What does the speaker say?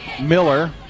Miller